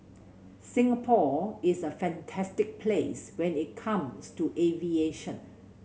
Singapore is a fantastic place when it comes to aviation